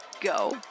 go